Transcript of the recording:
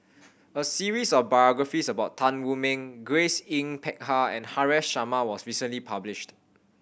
a series of biographies about Tan Wu Meng Grace Yin Peck Ha and Haresh Sharma was recently published